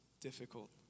difficult